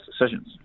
decisions